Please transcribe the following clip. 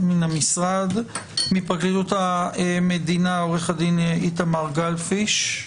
מפרקליטות המדינה, עורך הדין איתמר גלבפיש,